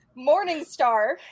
Morningstar